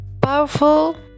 powerful